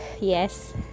Yes